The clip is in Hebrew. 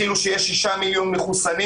כאילו יש 6 מיליון מחוסנים.